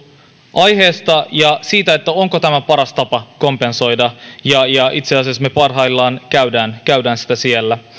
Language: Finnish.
aiheesta ja siitä onko tämä paras tapa kompensoida itse asiassa me parhaillaan käymme sitä siellä